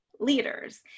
leaders